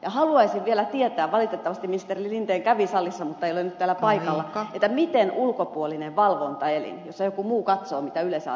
ja haluaisin vielä tietää ministeri linden kävi salissa mutta ei ole valitettavasti nyt täällä paikalla miten ulkopuolinen valvontaelin jossa joku muu katsoo mitä yle saa tehdä edistäisi suomalaista kulttuuria